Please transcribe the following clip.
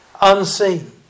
Unseen